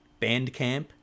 Bandcamp